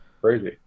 Crazy